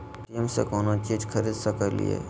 Paytm से कौनो चीज खरीद सकी लिय?